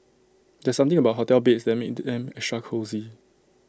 there's something about hotel beds that makes them extra cosy